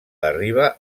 arriba